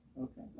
Okay